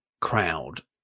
Crowd